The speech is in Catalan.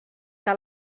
que